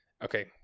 okay